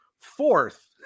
fourth